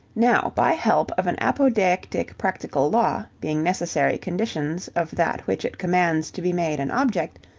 now, by help of an apodeictic practical law, being necessary conditions of that which it commands to be made an object,